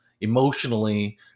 emotionally